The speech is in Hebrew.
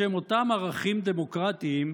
בשם אותם ערכים דמוקרטיים,